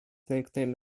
nicknamed